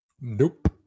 Nope